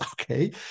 Okay